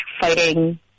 fighting